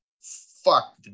fuck